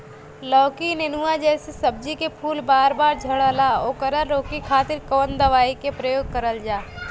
लौकी नेनुआ जैसे सब्जी के फूल बार बार झड़जाला ओकरा रोके खातीर कवन दवाई के प्रयोग करल जा?